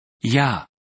Ja